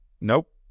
Nope